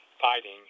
fighting